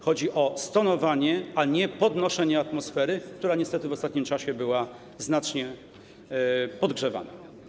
Chodzi o tonowanie, a nie o podgrzewanie atmosfery, która niestety w ostatnim czasie była znacznie podgrzewana.